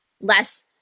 less